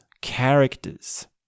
characters